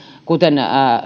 kuten